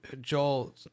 Joel